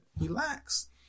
relax